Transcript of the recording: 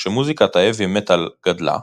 כשמוזיקת ההאבי מטאל גדלה,